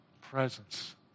presence